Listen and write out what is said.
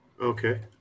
Okay